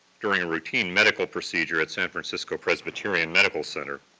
during a routine medical procedure at san francisco presbyterian medical center.